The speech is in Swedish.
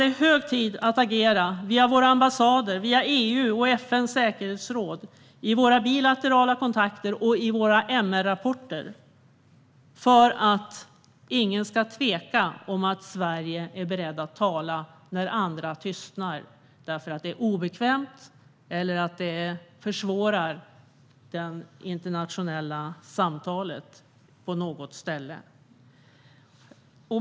Det är hög tid att agera via våra ambassader, via EU och via FN:s säkerhetsråd, i våra bilaterala kontakter och i våra MR-rapporter för att ingen ska tvivla på att Sverige är berett att tala när andra tystnar för att det är obekvämt eller försvårar det internationella samtalet på något ställe.